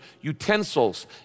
utensils